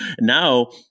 now